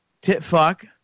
tit-fuck